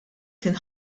kien